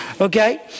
Okay